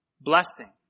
blessing